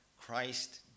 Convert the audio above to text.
Christ